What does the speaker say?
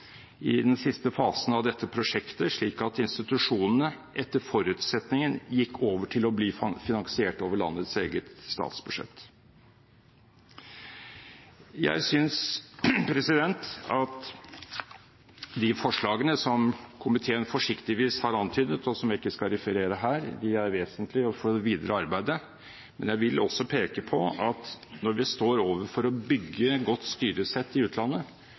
i den siste fasen av dette prosjektet, slik at institusjonene etter forutsetningen gikk over til å bli finansiert over landets eget statsbudsjett. Jeg synes at de forslagene som komiteen forsiktigvis har antydet, og som jeg ikke skal referere her, er vesentlig for det videre arbeidet, men jeg vil også peke på at når vi står overfor det å bygge et godt styresett i utlandet,